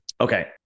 Okay